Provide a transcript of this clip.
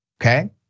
okay